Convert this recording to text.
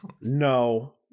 no